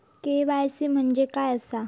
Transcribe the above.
KYC म्हणजे काय आसा?